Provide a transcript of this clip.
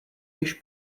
již